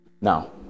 Now